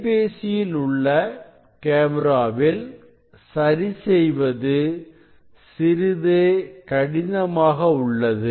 கைபேசியில் உள்ள கேமராவில் சரி செய்வது சிறிது கடினமாக உள்ளது